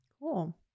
Cool